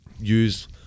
use